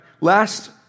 last